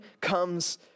comes